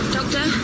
Doctor